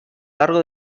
largo